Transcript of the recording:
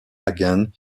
again